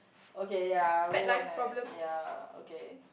okay ya I would wanna ya okay